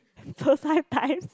so sometimes